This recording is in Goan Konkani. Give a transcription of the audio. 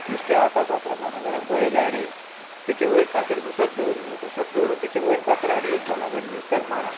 नुस्तें आसा फातरां पोंदा जाल्यार पळयलें आणी तेचें वयर फातर तसोत दवरलो तसोत दवरून तेचें वयर फातर आनी एक घला आनी नुस्त्याक मारप